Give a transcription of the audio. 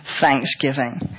thanksgiving